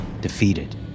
defeated